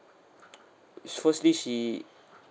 firstly she